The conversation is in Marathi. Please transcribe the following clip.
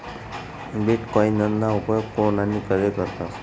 बीटकॉईनना उपेग कोन आणि कधय करतस